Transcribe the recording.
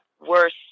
worse